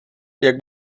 jak